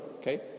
okay